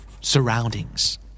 Surroundings